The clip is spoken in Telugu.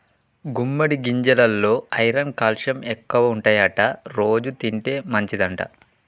గుమ్మడి గింజెలల్లో ఐరన్ క్యాల్షియం ఎక్కువుంటాయట రోజు తింటే మంచిదంట